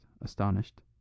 astonished